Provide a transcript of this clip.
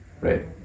right